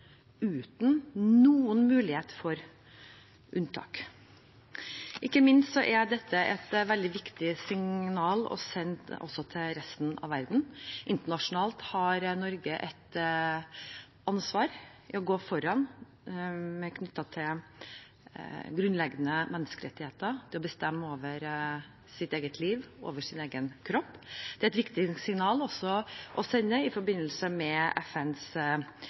uten noen mulighet for unntak. Ikke minst er dette et veldig viktig signal å sende til resten av verden. Internasjonalt har Norge et ansvar for å gå foran når det gjelder grunnleggende menneskerettigheter til å bestemme over sitt eget liv og sin egen kropp. Det er også et viktig signal å sende i forbindelse med FNs